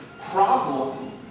problem